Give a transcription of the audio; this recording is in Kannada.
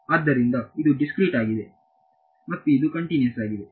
ಆದ್ದರಿಂದ ಇದು ದಿಸ್ಕ್ರೀಟ್ ವಾಗಿದೆ ಮತ್ತು ಇದು ಕಂಟಿನಿಯಸ್ ವಾಗಿದೆ